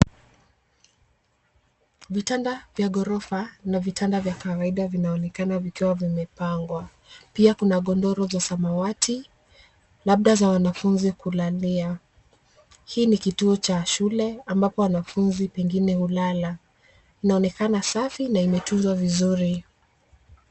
Vitanda vya ghorofa na vitanda vya kawaida vinaonekana vikiwa vimepangwa. Pia kuna godoro za samawati, labda za wanafunzi kulalia. Hii ni kituo cha shule ambapo wanafunzi pengine hulala. Inaonekana safi na imetunzwa vizuri.